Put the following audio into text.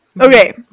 Okay